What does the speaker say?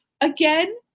again